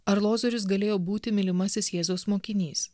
ar lozorius galėjo būti mylimasis jėzaus mokinys